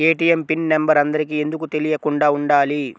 ATM PIN number అందరికి ఎందుకు తెలియకుండా ఉండాలి?